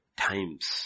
times